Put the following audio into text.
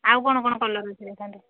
ଆଉ କ'ଣ କ'ଣ କଲର୍ ଅଛି ଦେଖାନ୍ତୁ